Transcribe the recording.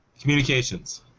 Communications